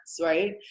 right